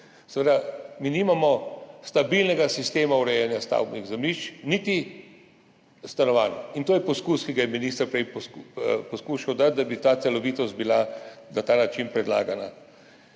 Seveda mi nimamo stabilnega sistema urejanja stavbnih zemljišč, niti stanovanj, in to je poskus, ki ga je minister prej poskušal dati, da bi bila ta celovitost na ta način predlagana.